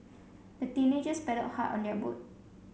the teenagers paddled hard on their boat